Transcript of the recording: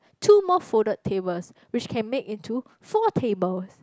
two more folded tables which can make into four tables